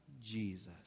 Jesus